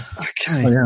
Okay